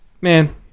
man